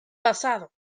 pasado